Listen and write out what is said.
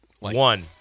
one